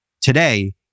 Today